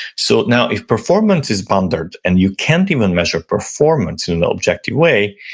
so now if performance is pondered and you can't even measure performance in an objective way.